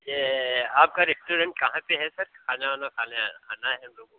ये आपका रेस्टुरेंट कहाँ पर है सर खाना वाना खाने आना है हम लोगों